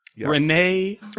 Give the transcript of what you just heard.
Renee